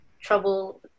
trouble